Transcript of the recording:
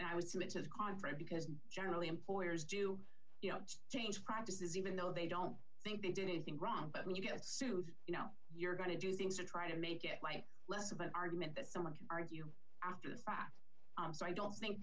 his conference because generally employers do you know change practices even though they don't think they did anything wrong but when you get sued you know you're going to do things to try to make it like less of an argument that someone can argue after the fact so i don't think